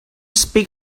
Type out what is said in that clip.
speak